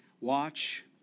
watch